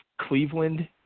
Cleveland